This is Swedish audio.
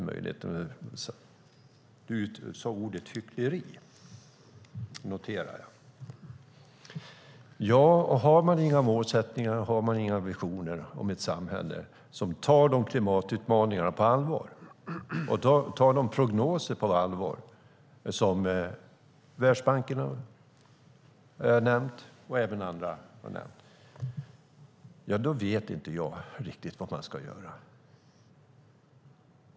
Jag noterade att Mats Odell nämnde ordet hyckleri. Om man inte har några målsättningar eller visioner om ett samhälle som tar klimatutmaningarna och de prognoser som Världsbanken och även andra har nämnt på allvar så vet jag inte riktigt vad vi ska göra.